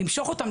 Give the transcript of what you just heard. למשוך אותם,